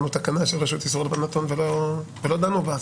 תקנה של רשות איסור הלבנת הון ולא דנו בה.